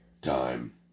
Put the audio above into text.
Time